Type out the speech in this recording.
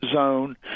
zone